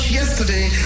yesterday